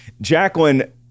Jacqueline